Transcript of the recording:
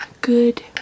good